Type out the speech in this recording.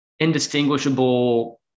indistinguishable